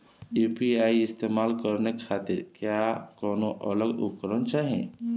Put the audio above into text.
UPI इस्तेमाल करने खातिर क्या कौनो अलग उपकरण चाहीं?